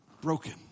Broken